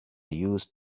used